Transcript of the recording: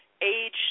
age